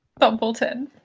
Bumbleton